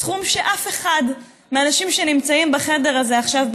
סכום שאף אחד מהאנשים שנמצאים בחדר הזה עכשיו,